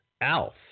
Alf